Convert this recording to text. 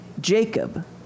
Jacob